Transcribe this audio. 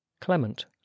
Clement